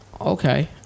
Okay